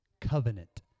covenant